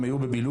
הם היו בבילוש,